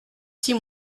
six